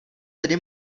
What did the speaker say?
tedy